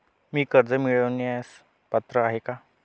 मी कर्ज मिळवण्यास पात्र आहे का?